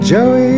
Joey